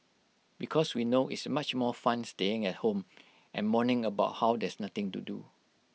because we know it's much more fun staying at home and moaning about how there's nothing to do